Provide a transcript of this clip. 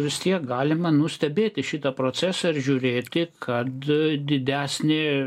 vis tiek galima nu stebėti šitą procesą ir žiūrėti kad didesnė